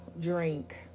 drink